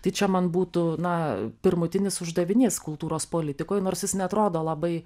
tai čia man būtų na pirmutinis uždavinys kultūros politikoj nors jis neatrodo labai